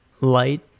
light